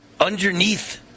underneath